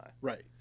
Right